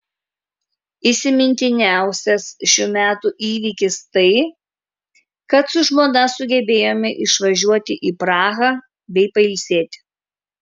įsimintiniausias šių metų įvykis tai kad su žmona sugebėjome išvažiuoti į prahą bei pailsėti